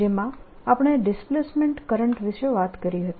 જેમાં આપણે displacement current વિષે વાત કરી હતી